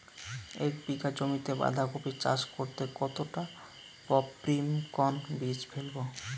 এক বিঘা জমিতে বাধাকপি চাষ করতে কতটা পপ্রীমকন বীজ ফেলবো?